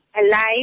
alive